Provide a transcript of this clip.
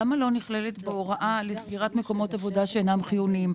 למה לא נכללת בו הוראה לסגירת מקומות עבודה שאינם חיוניים?